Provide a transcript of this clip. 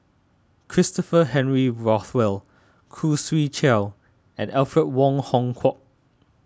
Christopher Henry Rothwell Khoo Swee Chiow and Alfred Wong Hong Kwok